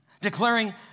Declaring